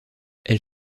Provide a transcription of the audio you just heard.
elle